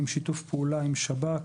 עם שיתוף פעולה עם שב"כ,